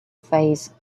phase